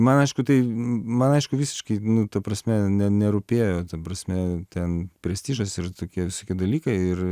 man aišku tai man aišku visiškai nu ta prasme ne nerūpėjo ta prasme ten prestižas ir tokie visokie dalykai ir